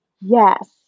Yes